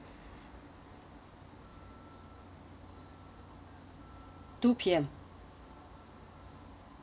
two P_M